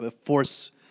Force